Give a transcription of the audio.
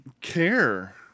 care